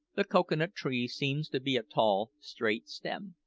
the cocoa-nut tree seems to be a tall, straight stem,